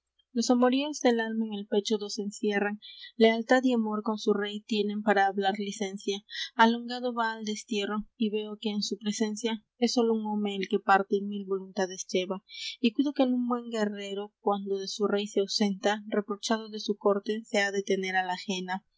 amoríos del alma en el pecho do se encierran lealtad y amor con su rey tienen para hablar licencia alongado va al destierro y veo que en su presencia es sólo un home el que parte y mil voluntades lleva y cuido que un buen guerrero cuando de su rey se ausenta reprochado de su corte se ha de tener á la ajena